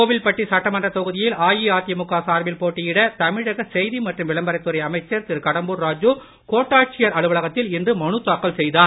கோவில்பட்டி சட்டமன்ற தொகுதியில் அதிமுக சார்பில் போட்டியிட தமிழக செய்தி மற்றும் விளம்பரத் துறை அமைச்சர் திரு கடம்பூர் ராஜு கோட்டாட்சியர் அலுவலகத்தில் இன்று மனுதாக்கல் செய்தார்